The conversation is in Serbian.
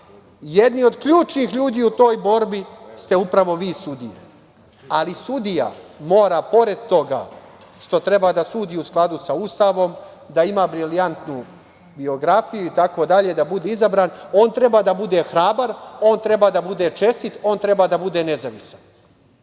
jedni od ključnih ljudi u toj borbi ste upravo vi sudije. Ali, sudija mora pored toga, što treba da sudi u skladu sa Ustavom, da ima brilijantnu biografiju, itd, da bude izabran, on treba da bude hrabar, on treba da bude čestit, on treba da bude nezavistan. Koliko